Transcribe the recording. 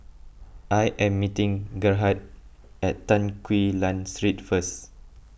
I am meeting Gerhard at Tan Quee Lan Street first